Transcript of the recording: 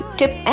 tip